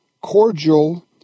cordial